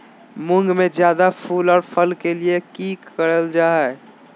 मुंग में जायदा फूल और फल के लिए की करल जाय?